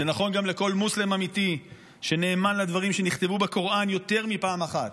זה נכון גם לכל מוסלמי אמיתי שנאמן לדברים שנכתבו בקוראן יותר מפעם אחת,